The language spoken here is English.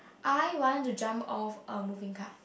I wanna jump off a moving car